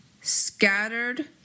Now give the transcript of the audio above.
scattered